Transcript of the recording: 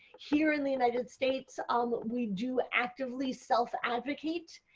here in the united states ah but we do actively self advocate.